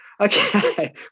Okay